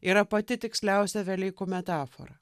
yra pati tiksliausia velykų metafora